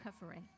recovery